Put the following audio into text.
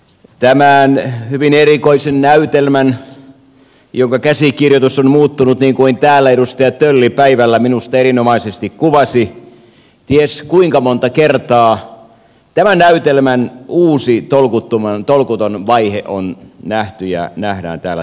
tämän hyvin erikoisen näytelmän jonka käsikirjoitus on muuttunut niin kuin täällä edustaja tölli päivällä minusta erinomaisesti kuvasi ties kuinka monta kertaa uusi tolkuton vaihe on nähty ja nähdään täällä tänä päivänä